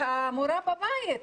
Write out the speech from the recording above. והמורה בבית.